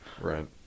Right